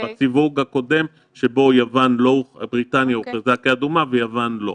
בסיווג הקודם שבו בריטניה הוכרזה כאדומה ויוון לא.